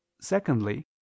Secondly